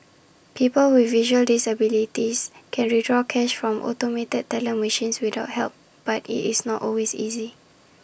people with visual disabilities can withdraw cash from automated teller machines without help but IT is not always easy